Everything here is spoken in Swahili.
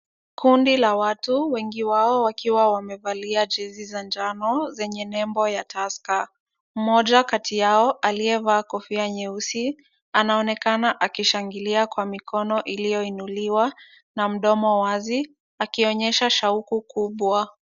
Kundi la watu, wengi wao wakiwa wamevalia jezi za njano zenye nembo ya Tusker. Mmoja kati yao aliyevaa kofia nyeusi, anaonekana akishangilia kwa mikono iliyoinuliwa na mdomo wazi, akionyesha shauku kubwa.